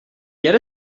get